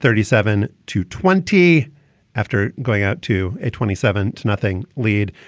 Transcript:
thirty seven to twenty after going out to a twenty seven to nothing lead.